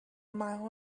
mile